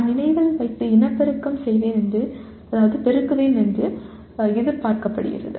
நான் நினைவில் வைத்து பெருக்குவேன் என்று எதிர்பார்க்கப்படுகிறது